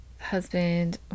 husband